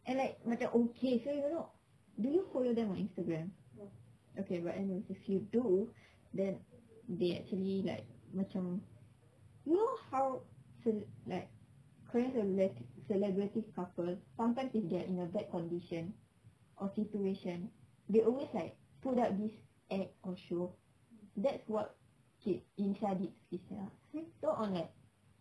and like macam okay so you're not do you follow them on instagram okay but anyway but if you do then they actually like macam you know how ce~ like friends and celebrity couple sometimes they get in a bad condition or situation they always like put up this act or show that's what okay insha did to christina so on like